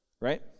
right